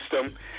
system